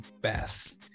best